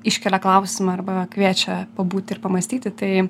iškelia klausimą arba kviečia pabūti ir pamąstyti tai